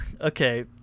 okay